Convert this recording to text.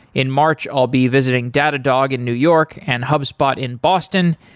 in march, i'll be visiting datadog in new york and hubspot in boston.